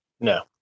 No